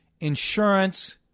insurance